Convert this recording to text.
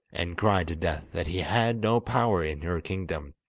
and cried to death that he had no power in her kingdom,